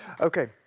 Okay